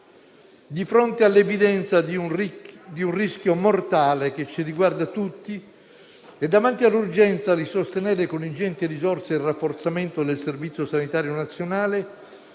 Di fronte all'evidenza di un rischio mortale che ci riguarda tutti e davanti all'urgenza di sostenere con ingenti risorse il rafforzamento del Servizio sanitario nazionale,